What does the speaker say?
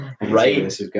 right